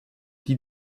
die